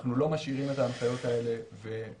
אנחנו לא משאירים את ההנחיות ועוזבים,